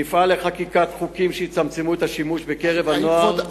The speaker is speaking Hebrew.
נפעל לחקיקת חוקים שיצמצמו את השימוש בקרב הנוער.